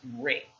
great